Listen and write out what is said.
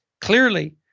clearly